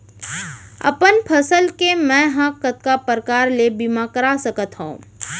अपन फसल के मै ह कतका प्रकार ले बीमा करा सकथो?